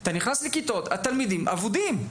אתה נכנס לכיתות, התלמידים אבודים.